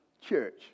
church